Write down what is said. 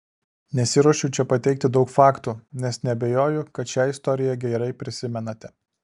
nesiruošiu čia pateikti daug faktų nes neabejoju kad šią istoriją gerai prisimenate